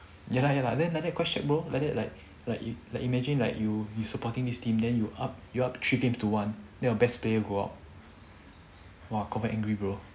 ya lah ya lah then like that quite shag bro like that like like imagine like you you supporting this team then you up three games to one then your best player go out !wah! confirm angry bro